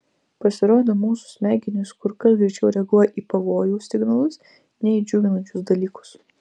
pasirodo mūsų smegenys kur kas greičiau reaguoja į pavojaus signalus nei į džiuginančius dalykus